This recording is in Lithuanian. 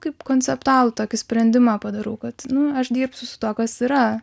kaip konceptualų tokį sprendimą padarau kad nu aš dirbsiu su tuo kas yra